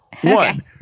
One